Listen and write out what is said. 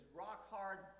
rock-hard